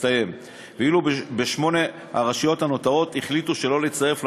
ואילו בשמונה הרשויות הנותרות החליטו שלא להצטרף למערך,